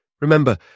Remember